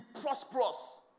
prosperous